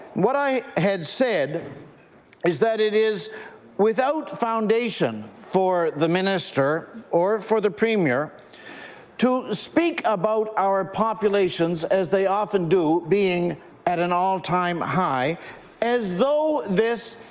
what i had said is that it is without foundation for the minister or for the premier to speak about our populations as they often do being at an all-time high as though this